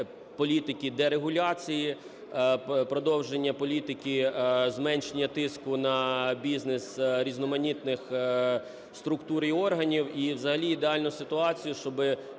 дерегуляції, продовження політики зменшення тиску на бізнес різноманітних структур і органів і взагалі ідеальну ситуацію, щоб